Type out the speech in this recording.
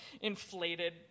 inflated